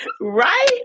Right